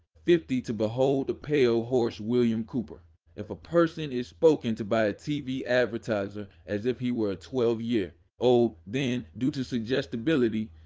fifty two behold a pale horse william cooper if a person is spoken to by a t v. advertiser as if he were a twelve year old, then, due to suggestibility,